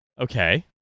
Okay